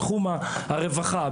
בתחום הרווחה,